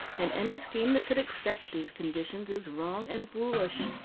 and any scheme that could accept these conditions is wrong and foolish.